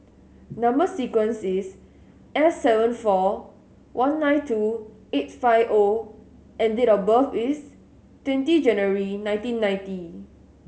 number sequence is S seven four one nine two eight five O and date of birth is twenty January nineteen ninety